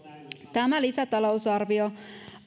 tämä lisätalousarvio